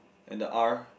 and the R